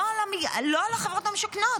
לא על החברות המשכנות.